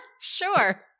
sure